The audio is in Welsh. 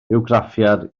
bywgraffiad